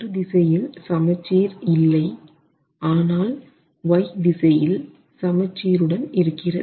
ஒரு திசையில் சமச்சீர் இல்லை ஆனால் y திசையில் சமச்சீர் உடன் இருக்கிறது